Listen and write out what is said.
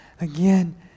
again